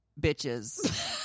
Bitches